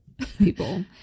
people